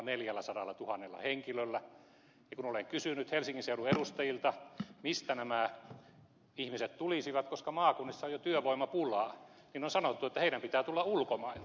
ja kun olen kysynyt helsingin seudun edustajilta mistä nämä ihmiset tulisivat koska maakunnissa on jo työvoimapulaa niin on sanottu että heidän pitää tulla ulkomailta